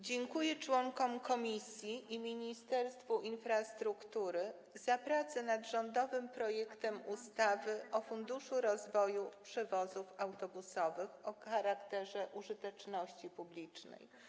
Dziękuję członkom komisji i Ministerstwu Infrastruktury za pracę nad rządowym projektem ustawy o Funduszu rozwoju przewozów autobusowych o charakterze użyteczności publicznej.